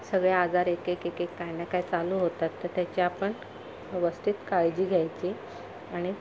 सगळे आजार एक एक एक एक काय ना काय चालू होतात तर त्याची आपण व्यवस्थित काळजी घ्यायची आणि